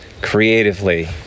Creatively